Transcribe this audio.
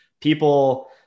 people